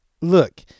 look